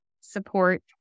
support